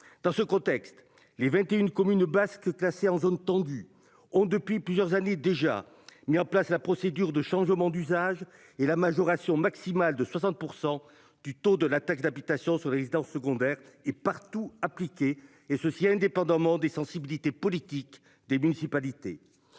Dans ce contexte, les 21 communes basques classés en zone tendue ont depuis plusieurs années déjà mis en place la procédure de changement d'usage et la majoration maximale de 60% du taux de la taxe d'habitation sur les résidences secondaires et partout appliqué et ceci indépendamment des sensibilités politiques des municipalités.